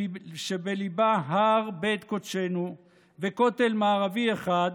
שבליבה הר בית קודשנו וכותל מערבי אחד,